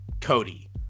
Cody